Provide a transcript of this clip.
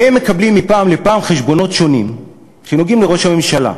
והם מקבלים מפעם לפעם חשבונות שונים שנוגעים לראש הממשלה.